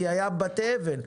כי היו בתי אבן,